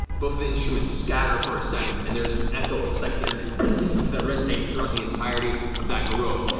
both of the instruments scatter for a second, and there is an echo of psychic energy that resonates throughout the entirety of that grove.